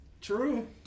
True